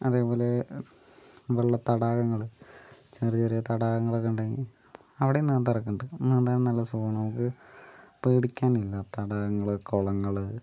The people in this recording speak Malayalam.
അതേപോലെ വെള്ള തടാകങ്ങള് ചെറിയ ചെറിയ തടാകങ്ങളൊക്കെ ഉണ്ടെങ്കില് അവിടെയും നീന്താറൊക്കെയുണ്ട് നീന്താനും നല്ല സുഖമാണ് നമുക്ക് പേടിക്കാനില്ല തടാകങ്ങള് കുളങ്ങള്